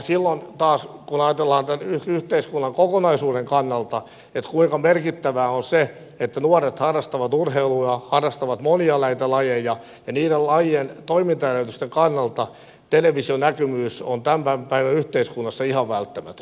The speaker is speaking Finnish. silloin taas kun ajatellaan tämän yhteiskunnan kokonaisuuden kannalta kuinka merkittävää on se että nuoret harrastavat urheilua ja harrastavat monia näitä lajeja niiden lajien toimintaedellytysten kannalta televisionäkyvyys on tämän päivän yhteiskunnassa ihan välttämätöntä